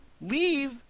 leave